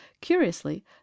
curiously